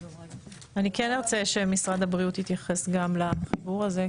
אני כן ארצה שמשרד הבריאות יתייחס גם לחיבור הזה,